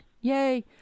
Yay